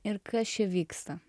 ir kas čia vyksta